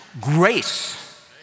Grace